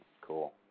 Cool